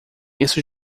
isso